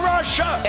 Russia